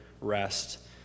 rest